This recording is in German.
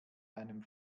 einem